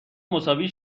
مساوی